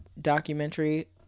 Documentary